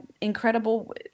incredible